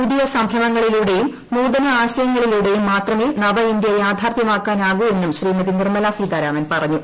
പുതിയ സംരംഭങ്ങളിലൂടെയും നൂതന ആശയങ്ങളിലൂടെയും മാത്രമേ നവ ഇന്ത്യ യാഥാർത്ഥ്യമാക്കാനാകൂ എന്നും ശ്രീമതി നിർമ്മല സീതാരാമൻ പറഞ്ഞു